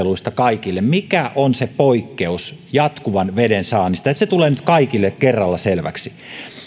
perusteluista kaikille mikä on se poikkeus jatkuvan veden saannista se tulee nyt kaikille kerralla selväksi